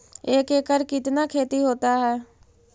एक एकड़ कितना खेति होता है?